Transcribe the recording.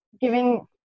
giving